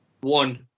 one